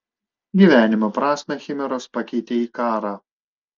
gyvenimo prasmę chimeros pakeitė į karą